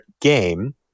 game